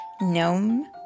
Gnome